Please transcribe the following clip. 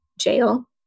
jail